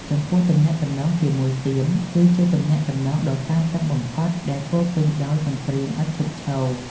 ចំពោះទំនាក់ទំនងជាមួយសៀម គឺជាទំនាក់ទំនងដ៏តានតឹងបំផុត ដែលពោរពេញដោយសង្គ្រាមឥតឈប់ឈរ។